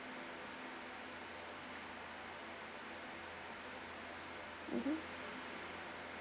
mmhmm